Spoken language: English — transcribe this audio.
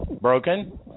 Broken